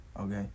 okay